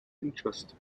interest